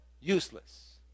useless